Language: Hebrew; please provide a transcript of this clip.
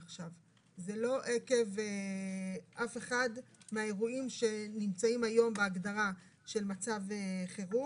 זה לא עקב אף אחד מהאירועים שנמצאים היום בהגדרה של מצב חירום,